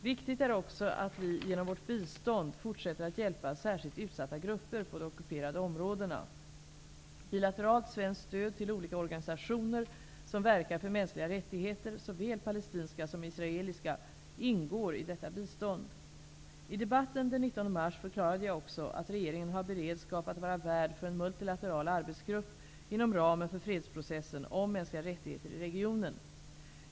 Viktigt är också att vi genom vårt bistånd fortsätter att hjälpa särskilt utsatta grupper på de ockuperade områdena. Bilateralt svenskt stöd till olika organisationer som verkar för mänskliga rättigheter, såväl palestinska som israeliska, ingår i detta bistånd. I debatten den 19 mars förklarade jag också att regeringen har beredskap att vara värd för en multilateral arbetsgrupp, inom ramen för fredsprocessen, om mänskliga rättigheter i regionen.